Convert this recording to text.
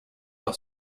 leur